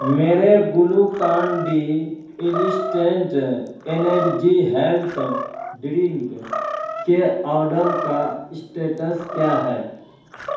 میرے Glucon D instant energy health drink کے order کا اسٹیٹس کیا ہے